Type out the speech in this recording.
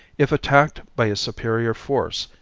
if attacked by a superior force,